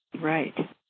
Right